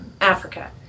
Africa